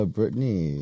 Britney